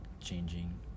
changing